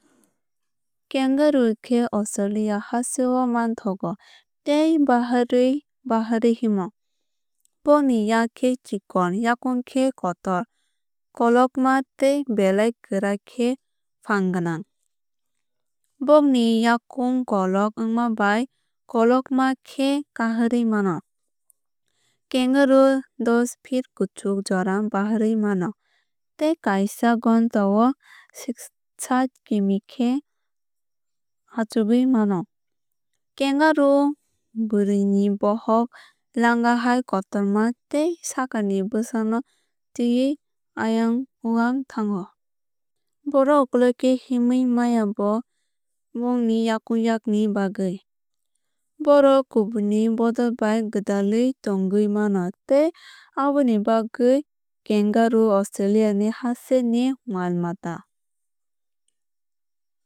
Kangaroo khe Australia haste o mangthogo tei baharwui baharui himo. Bongni yak khe chikon yakung khe kotor kologma tei belai kwrak khe fan gwnang. Bongni yakung kolog ongmabai kologma khe kaharwui mano. Kangaroo dos feet kuchuk jora baharwui mano tei kaisa ghonta o sait km khe khachogui mano. Kangaroo bwrwui ni bohog langa hai kotorma tei sakni bwsa no tuiyo ayang uwang thangfru. Bohrok ukulwlog khe himui maya bo bongni yakung yak ni bagwui. Bohrok kubuni bodol bai gwdalui tongoi mano tei abonibagwui kangaroo Australia ni haste ni mal mata.